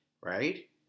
right